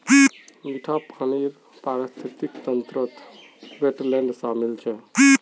मीठा पानीर पारिस्थितिक तंत्रत वेट्लैन्ड शामिल छ